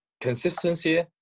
consistency